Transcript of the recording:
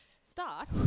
start